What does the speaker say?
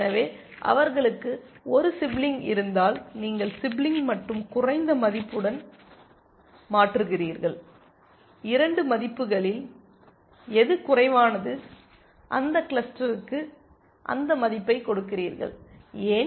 எனவே அவர்களுக்கு ஒரு சிப்லிங் இருந்தால் நீங்கள் சிப்லிங் மற்றும் குறைந்த மதிப்புடன் மாற்றுகிறீர்கள் 2 மதிப்புகளில் எது குறைவானது அந்த கிளஸ்டருக்கு அந்த மதிப்பைக் கொடுக்கிறீர்கள் ஏன்